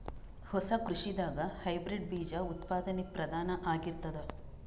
ಹೊಸ ಕೃಷಿದಾಗ ಹೈಬ್ರಿಡ್ ಬೀಜ ಉತ್ಪಾದನೆ ಪ್ರಧಾನ ಆಗಿರತದ